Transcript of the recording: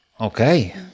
Okay